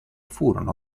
furono